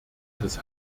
des